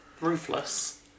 ruthless